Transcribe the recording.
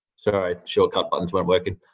sorry, shortcut buttons weren't working.